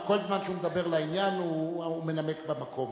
כל זמן שהוא מדבר לעניין, הוא מנמק במקום.